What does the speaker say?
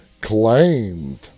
Claimed